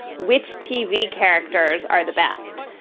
which tv characters are the best.